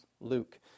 Luke